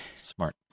Smart